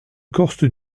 corse